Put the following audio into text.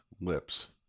lips